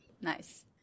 Nice